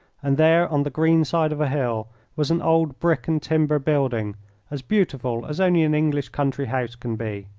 and there on the green side of a hill was an old brick and timber building as beautiful as only an english country-house can be.